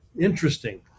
interesting